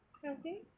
I think